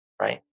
right